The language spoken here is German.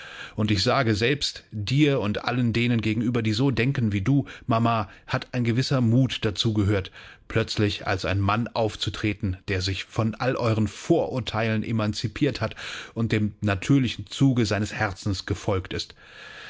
und ich sage selbst dir und allen denen gegenüber die so denken wie du mama hat ein gewisser mut dazu gehört plötzlich als ein mann aufzutreten der sich von all euren vorurteilen emanzipiert hat und dem natürlichen zuge seines herzens gefolgt ist